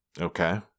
Okay